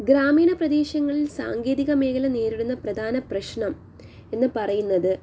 ഗ്രാമീണ പ്രദേശങ്ങളിൽ സാങ്കേതിക മേഖല നേരിടുന്ന പ്രധാന പ്രശ്നം എന്ന് പറയുന്നത്